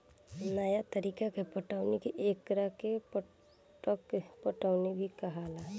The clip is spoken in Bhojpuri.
नया तरीका के पटौनी के एकरा के टपक पटौनी भी कहाला